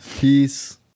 Peace